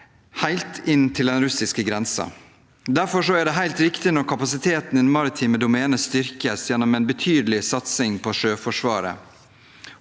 helt inn til den russiske grensen. Derfor er det helt riktig at kapasiteten i det maritime domenet styrkes gjennom en betydelig satsing på Sjøforsvaret.